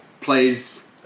plays